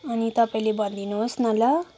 अनि तपाईँले भनिदिनुहोस् न ल